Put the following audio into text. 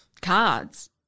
Cards